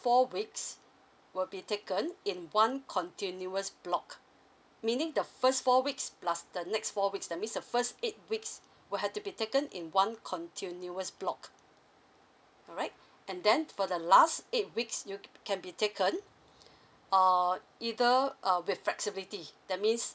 four weeks will be taken in one continuous block meaning the first four weeks plus the next four weeks that means the first eight weeks will have to be taken in one continuous block all right and then for the last eight weeks you can be taken or either err with flexibility that means